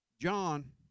John